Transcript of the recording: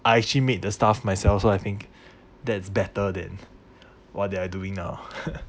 I actually made the stuff myself so I think that's better than what they are doing now